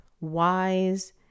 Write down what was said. wise